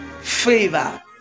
favor